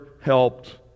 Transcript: helped